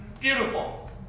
Beautiful